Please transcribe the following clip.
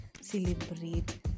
celebrate